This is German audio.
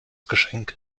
geschenk